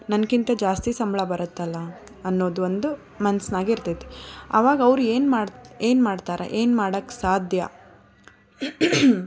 ನನಗಿಂತ ಜಾಸ್ತಿ ಸಂಬಳ ಬರುತ್ತಲ್ಲ ಅನ್ನೋದು ಒಂದು ಮನಸ್ನಾಗ ಇರ್ತೈತೆ ಆವಾಗ ಅವ್ರು ಏನು ಮಾಡಿ ಏನು ಮಾಡ್ತಾರೆ ಏನು ಮಾಡೋಕೆ ಸಾಧ್ಯ